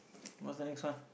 what's the next one